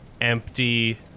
empty